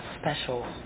Special